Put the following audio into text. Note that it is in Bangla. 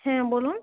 হ্যাঁ বলুন